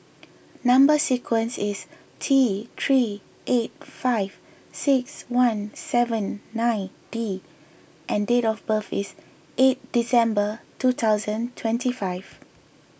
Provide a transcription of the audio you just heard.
Number Sequence is T three eight five six one seven nine D and date of birth is eight December two thousand twenty five